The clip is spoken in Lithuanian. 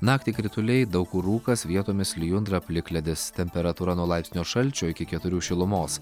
naktį krituliai daug kur rūkas vietomis lijundra plikledis temperatūra nuo laipsnio šalčio iki keturių šilumos